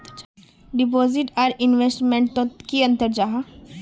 Deposit आर investment तोत की अंतर जाहा?